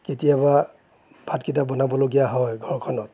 কেতিয়াবা ভাতকিটা বনাবলগীয়া হয় ঘৰখনত